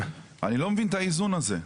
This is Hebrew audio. אני לא מבין את האיזון הזה,